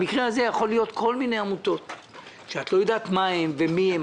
כאן יכולות להיות כל מיני עמותות שאת לא יודעת מה הן ומי הן,